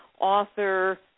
author